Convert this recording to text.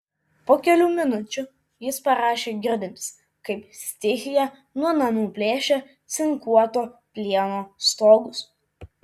po kelių minučių jis parašė girdintis kaip stichija nuo namų plėšia cinkuoto plieno stogus